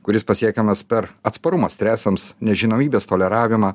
kuris pasiekiamas per atsparumą stresams nežinomybės toleravimą